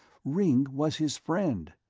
ringg was his friend!